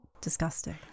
disgusting